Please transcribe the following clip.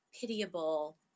pitiable